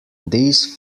these